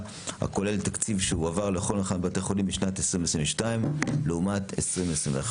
הכוללת תקציב שהועבר לכל אחד מבתי החולים בשנת 2022 לעומת 2021,